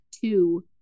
two